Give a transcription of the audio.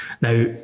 Now